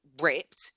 ripped